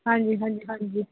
ਹਾਂਜੀ ਹਾਂਜੀ ਹਾਂਜੀ